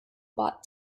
bought